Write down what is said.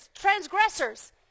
transgressors